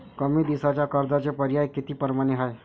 कमी दिसाच्या कर्जाचे पर्याय किती परमाने हाय?